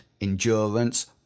endurance